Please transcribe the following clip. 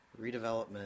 redevelopment